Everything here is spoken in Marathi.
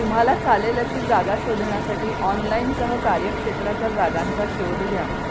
तुम्हाला चालेल अशी जागा शोधण्यासाठी ऑनलाईनसह कार्यक्षेत्राच्या जागांचा शोध घ्या